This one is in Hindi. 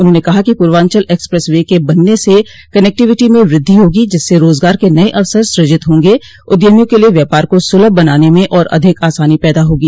उन्हाने कहा कि पूर्वांचल एक्सप्रेस वे के बनने से कनेक्टिविटी में वृद्धि होगी जिससे रोज़गार के नये अवसर सृजित होंगे उद्यमियों के लिए व्यापार को सुलभ बनाने में और अधिक आसानी पैदा होगी